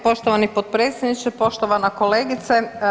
Poštovani potpredsjedniče, poštovana kolegice.